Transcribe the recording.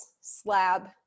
slab